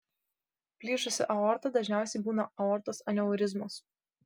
plyšusi aorta dažniausiai būna aortos aneurizmos